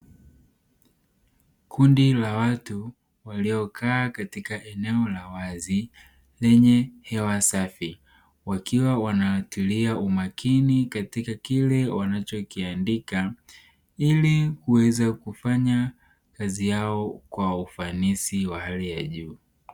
Kundi la watu waliokaa katika eneo la wazi lenye hewa safi wakiwa wanatilia umakini katika kile wanachokiandika ili kuweza kufanya kazi yao kwa ufanisi wa hali ya juu.